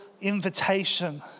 invitation